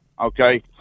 okay